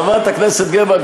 חברת הכנסת גרמן,